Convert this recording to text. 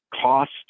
cost